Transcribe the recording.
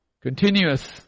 Continuous